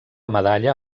medalla